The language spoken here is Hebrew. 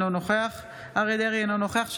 אינו נוכח אריה מכלוף דרעי,